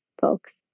folks